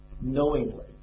knowingly